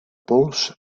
pols